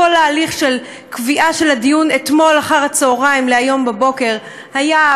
כל ההליך של קביעת הדיון אתמול אחר הצהריים להיום בבוקר היה,